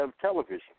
television